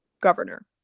governor